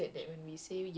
mm